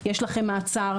יש מעצר,